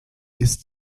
ist